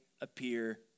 appear